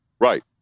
Right